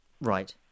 right